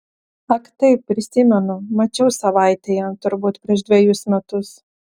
ak taip prisimenu mačiau savaitėje turbūt prieš dvejus metus